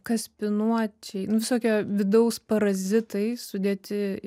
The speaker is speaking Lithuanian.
kaspinuočiai nu visokie vidaus parazitai sudėti į